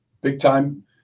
big-time